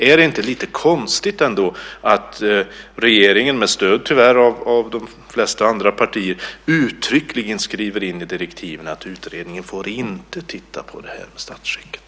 Är det inte ändå lite konstigt att regeringen, tyvärr med stöd från de flesta andra partier, uttryckligen skriver in i direktiven att utredningen inte får titta på detta med statsskicket?